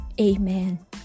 Amen